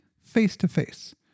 face-to-face